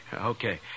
Okay